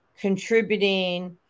contributing